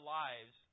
lives